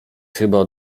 chyba